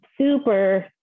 super